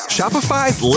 Shopify's